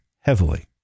heavily